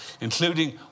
including